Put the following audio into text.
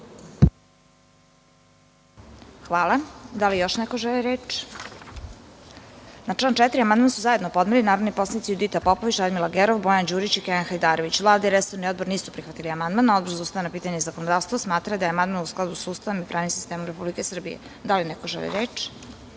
Kovač** Da li još neko želi reč? (Ne)Na član 4. amandman su zajedno podneli narodni poslanici Judita Popović, Radmila Gerov, Bojan Đurić i Kenan Hajdarević. Vlada i resorni odbor nisu prihvatili amandman. Odbor za ustavna pitanja i zakonodavstvo smatra da je amandman u skladu sa Ustavom i pravnim sistemom Republike Srbije. Da li neko želi reč?